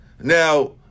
now